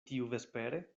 tiuvespere